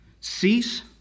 Cease